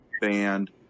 band